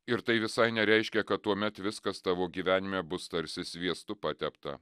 ir tai visai nereiškia kad tuomet viskas tavo gyvenime bus tarsi sviestu patepta